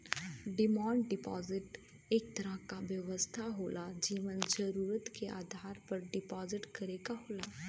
demand deposit एक तरह क व्यवस्था होला जेमन जरुरत के आधार पर डिपाजिट करे क होला